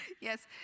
Yes